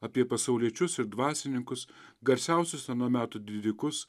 apie pasauliečius ir dvasininkus garsiausius ano meto didikus